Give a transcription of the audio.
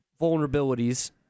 vulnerabilities